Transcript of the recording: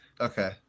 Okay